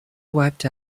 wiped